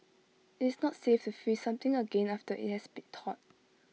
it's not safe to freeze something again after IT has be thawed